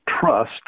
trust